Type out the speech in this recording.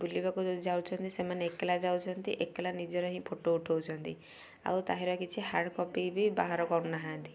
ବୁଲିବାକୁ ଯାଉଛନ୍ତି ସେମାନେ ଏକେଲା ଯାଉଛନ୍ତି ଏକେଲା ନିଜର ହିଁ ଫଟୋ ଉଠଉଛନ୍ତି ଆଉ ତାହାର କିଛି ହାର୍ଡ଼ କପି ବି ବାହାର କରୁନାହାନ୍ତି